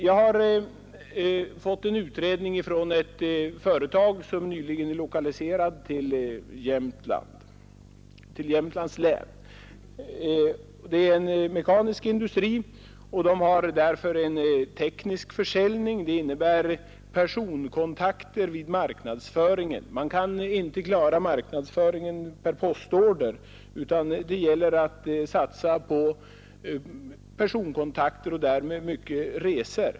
Jag har fått en utredning från ett företag som nyligen lokaliserats till Jämtlands län. Det är en mekanisk industri med teknisk försäljning. Den innebär personkontakter vid marknadsföringen. Man kan inte klara en marknadsföring per postorder, utan det gäller att satsa på personkontakter och därmed mycket resor.